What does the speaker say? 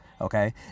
okay